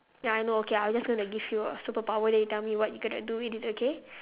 ya I know okay I will just gonna give you a superpower then you tell me what you going to do with it okay